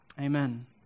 Amen